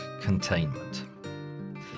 containment